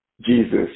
Jesus